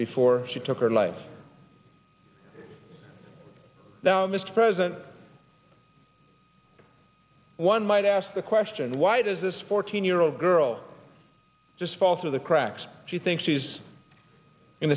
before she took her life now mr president one might ask the question why does this fourteen year old girl just fall through the cracks she thinks she's in